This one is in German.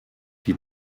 die